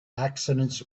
accidents